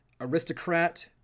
Aristocrat